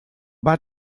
bat